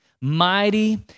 mighty